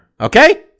okay